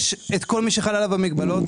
יש את כל מי שחלות על המגבלות,